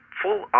full